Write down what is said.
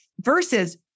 versus